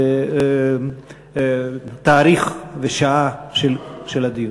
בתאריך ובשעה של הדיון.